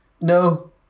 No